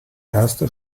erste